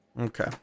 Okay